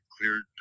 cleared